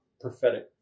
prophetic